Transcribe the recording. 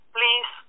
Please